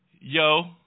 yo